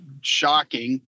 shocking